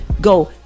go